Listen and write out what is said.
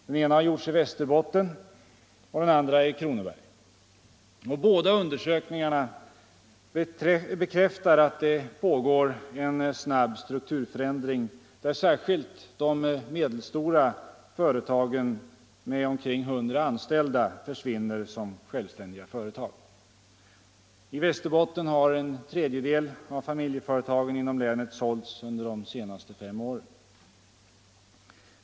Den ena har gjorts i Västerbotten, och den andra i Kronobergs län. Båda undersökningarna bekräftar att det pågår en snabb strukturförändring, där särskilt de medelstora familjeföretagen —- med omkring 100 anställda — försvinner som självständiga företag. I Västerbotten har en tredjedel av familjeföretagen inom länet sålts under de senaste fem åren.